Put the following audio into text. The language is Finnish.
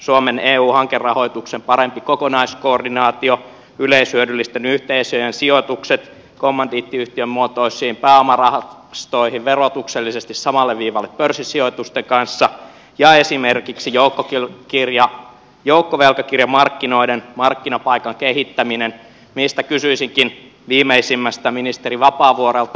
suomen eu hankerahoituksen parempi kokonaiskoordinaatio yleishyödyllisten yhteisöjen sijoitukset kommandiittiyhtiömuotoiset pääomarahastot verotuksellisesti samalle viivalle pörssisijoitusten kanssa ja esimerkiksi joukkovelkakirjamarkkinoiden markkinapaikan kehittäminen mistä kysyisinkin viimeisimmästä ministeri vapaavuorelta